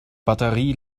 batterie